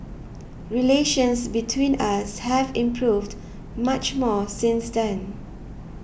relations between us have improved much more since then